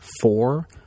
four